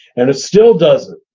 and it still doesn't.